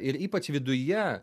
ir ypač viduje